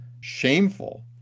shameful